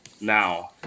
now